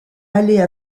aller